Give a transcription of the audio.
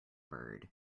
bird